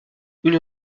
une